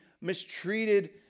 mistreated